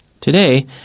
Today